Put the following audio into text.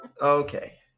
Okay